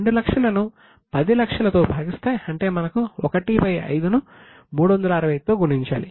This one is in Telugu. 2 లక్షల ను 10 లక్షల తో భాగిస్తే అంటే మనకు 1 5 ను 365 తో గుణించాలి